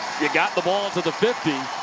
you got the ball to the fifty.